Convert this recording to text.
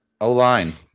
O-line